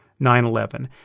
9/11